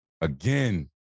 again